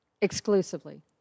Exclusively